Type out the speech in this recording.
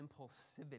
impulsivity